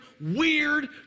weird